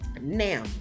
Now